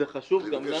זה חשוב גם לנו.